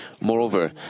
Moreover